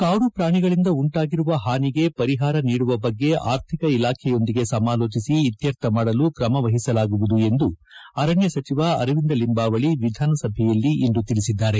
ಕಾಡು ಪ್ರಾಣಿಗಳಂದ ಉಂಟಾಗಿರುವ ಹಾನಿಗೆ ಪರಿಹಾರ ನೀಡುವ ಬಗ್ಗೆ ಆರ್ಥಿಕ ಇಲಾಖೆಯೊಂದಿಗೆ ಸಮಾಲೋಚಿಸಿ ಇತ್ತರ್ಥ ಮಾಡಲು ಕ್ರಮ ವಹಿಸಲಾಗುವುದು ಎಂದು ಅರಣ್ಯ ಸಚಿವ ಅರವಿಂದ ಲಿಂಬಾವಳಿ ವಿಧಾನಸಭೆಯಲ್ಲಿಂದು ತಿಳಿಸಿದ್ದಾರೆ